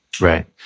Right